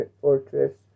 fortress